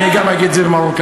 אני גם אגיד את זה במרוקאית.